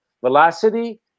velocity